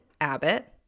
abbott